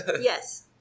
Yes